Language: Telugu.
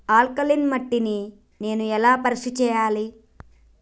ఆల్కలీన్ మట్టి ని నేను ఎలా పరీక్ష చేయాలి?